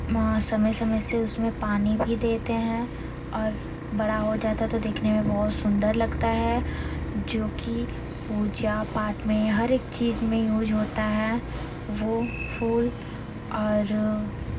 हाँ समय समय से उसमें पानी भी देते हैं और बड़ा हो जाता है तो देखने में बहुत सुन्दर लगता है जोकि पूजा पाठ में हरेक चीज में यूज़ होता है वह फूल और